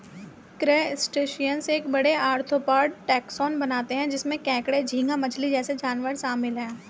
crustaceans एक बड़े, arthropod taxon बनाते हैं जिसमें केकड़े, झींगा मछली जैसे जानवर शामिल हैं